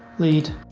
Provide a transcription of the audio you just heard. lead